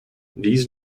these